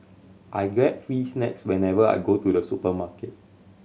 I get free snacks whenever I go to the supermarket